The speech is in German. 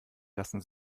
lassen